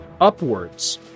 upwards